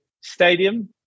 stadium